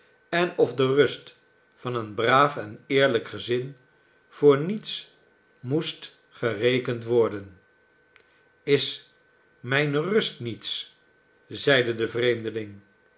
en of de rust van een braaf en eerlijk gezin voor niets moest gerekend worden is mijne rust niets zeide de vreemdeling